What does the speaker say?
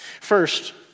First